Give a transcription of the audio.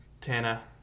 Tana